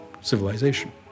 civilization